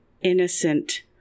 innocent